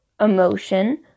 emotion